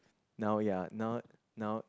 now ya now now